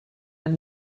and